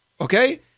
Okay